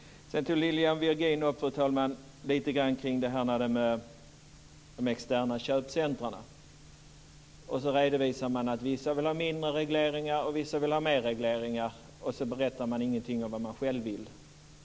Fru talman! Vidare också några ord till Lilian Virgin om de externa köpcentrumen. Man redovisar att vissa vill ha mindre av regleringar och att andra vill ha mer av regleringar, men man berättar egentligen ingenting om vad man själv vill.